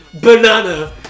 banana